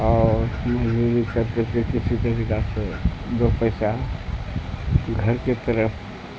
اور مزدوری کر کر کے کسی طریقہ سے دو پیسہ گھر کے طرف